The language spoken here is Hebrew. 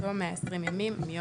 בתום 120 ימים מיום